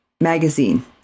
magazine